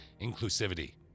inclusivity